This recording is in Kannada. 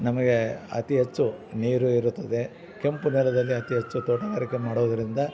ನಮಗೇ ಅತಿ ಹೆಚ್ಚು ನೀರು ಇರುತ್ತದೆ ಕೆಂಪು ನೆಲದಲ್ಲಿ ಅತಿ ಹೆಚ್ಚು ತೋಟಗಾರಿಕೆ ಮಾಡೋದ್ರಿಂದ